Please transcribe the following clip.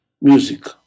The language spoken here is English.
music